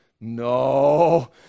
no